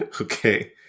okay